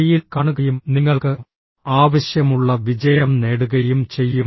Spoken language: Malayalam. ഡിയിൽ കാണുകയും നിങ്ങൾക്ക് ആവശ്യമുള്ള വിജയം നേടുകയും ചെയ്യും